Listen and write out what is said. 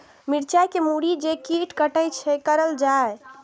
मिरचाय के मुरी के जे कीट कटे छे की करल जाय?